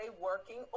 working